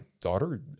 daughter